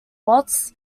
waltz